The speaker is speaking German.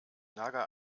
nager